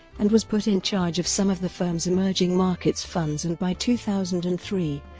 and was put in charge of some of the firm's emerging markets funds and by two thousand and three,